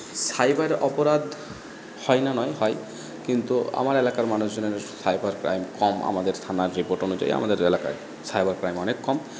cyber অপরাধ হয় না নয় হয় কিন্তু আমার এলাকার মানুষজনের সাইবার ক্রাইম কম আমাদের থানার রেকর্ড অনুযায়ী আমাদের এলাকায় সাইবার ক্রাইম অনেক কম